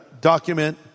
document